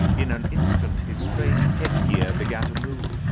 in an instant his strange headgear began to move,